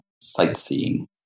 sightseeing